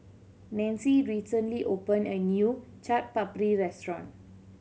Nanci recently opened a new Chaat Papri Restaurant